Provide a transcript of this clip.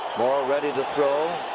morrall ready to throw.